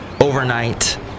overnight